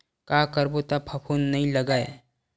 का करबो त फफूंद नहीं लगय?